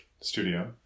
studio